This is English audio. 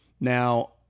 Now